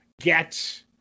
get